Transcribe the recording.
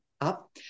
up